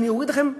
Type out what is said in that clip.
אני אוריד לכם,